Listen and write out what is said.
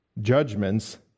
judgments